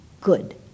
good